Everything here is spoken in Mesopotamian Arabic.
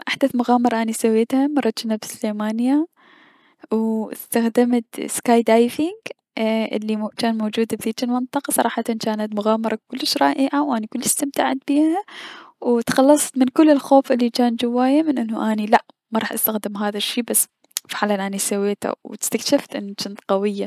احدث مغامرة اني سوستها ايي- مرة اني جنت بسليمانية و ايي- استخدمت السكاي دايفينك الي جانت موجودة بديج المنطقة صراحة جانت مغامرة كلش رائعة و اني كلش استمتعت بيها و تخلصت من كل الخوف الي جان جواي من انو اني لا مراح استخدم هذا الشي بس لا فعلا اني سوسته و استكشفت فعلا انو اني قوية.